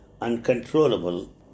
uncontrollable